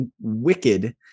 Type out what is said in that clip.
wicked